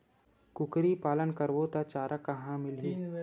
कुकरी पालन करबो त चारा कहां मिलही?